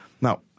Now